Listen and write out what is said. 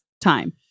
time